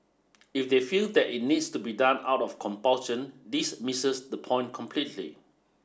if they feel that it needs to be done out of compulsion this misses the point completely